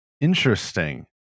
Interesting